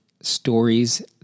stories